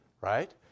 right